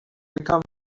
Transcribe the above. become